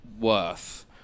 worth